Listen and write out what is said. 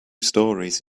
storeys